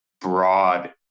broad